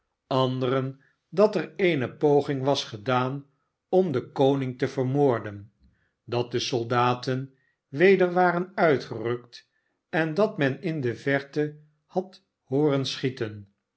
anderen dat er eene poging was gedaan om den koning te vermoorden dat de soldaten weder waren uitgerukt en dat men in de verte had hooren schieten